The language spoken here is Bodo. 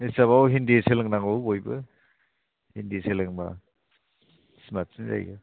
हिसाबाव हिन्दी सोलोंनांगौ बयबो हिन्दी सोलोंबा स्मार्टसिन जायो